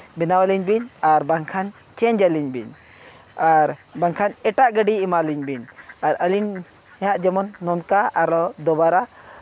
ᱵᱮᱱᱟᱣ ᱟᱹᱞᱤᱧ ᱵᱤᱱ ᱟᱨ ᱵᱟᱝᱠᱷᱟᱱ ᱪᱮᱧᱡᱽ ᱟᱹᱞᱤᱧ ᱵᱤᱱ ᱟᱨ ᱵᱟᱝᱠᱷᱟᱱ ᱮᱴᱟᱜ ᱜᱟᱹᱰᱤ ᱮᱢᱟᱞᱤᱧ ᱵᱤᱱ ᱟᱨ ᱟᱹᱞᱤᱧᱟᱜ ᱡᱮᱢᱚᱱ ᱱᱚᱝᱠᱟ ᱟᱨ ᱫᱩᱵᱟᱨᱟ